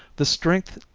the strength,